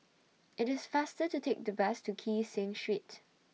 IT IS faster to Take The Bus to Kee Seng Street